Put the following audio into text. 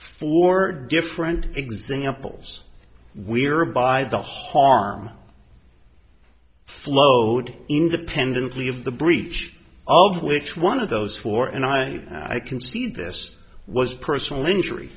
four different examples we're by the harm flowed independently of the breach of which one of those four and i i can see this was personal injury